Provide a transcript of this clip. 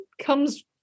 comes